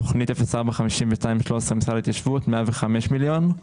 תכנית 04-5213 של משרד ההתיישבות 105 מיליון,